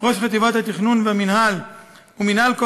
ראש חטיבת התכנון ומינהל כוח-אדם,